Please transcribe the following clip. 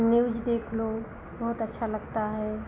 news देख लो बहुत अच्छा लगता है